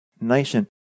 nation